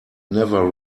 never